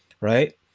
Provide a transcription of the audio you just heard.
right